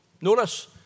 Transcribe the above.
Notice